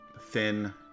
thin